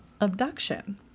abduction